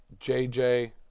JJ